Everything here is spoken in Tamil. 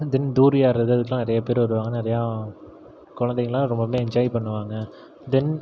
தென் தூரி ஆடுறது அதுக்குலாம் நிறைய பேர் வருவாங்க நிறையா குழந்தைங்கள்லாம் ரொம்பவுமே என்ஜாய் பண்ணுவாங்க தென்